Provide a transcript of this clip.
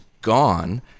gone